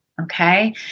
Okay